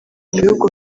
bihugu